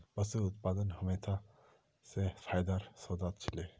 पशू उत्पादन हमेशा स फायदार सौदा छिके